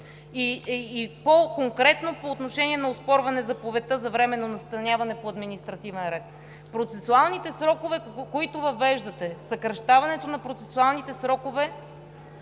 и по-конкретно по отношение на оспорване заповедта за временно настаняване по административен ред. Процесуалните срокове, които въвеждате, и съкращаването им е изключително